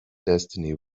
destiny